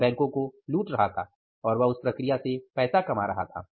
वह बैंकों को लूट रहा था और वह उस प्रक्रिया से पैसा कमा रहा था